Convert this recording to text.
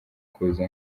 kuza